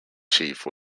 chief